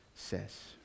says